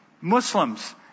Muslims